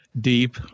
deep